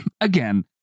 Again